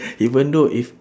even though if